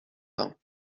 pins